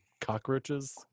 cockroaches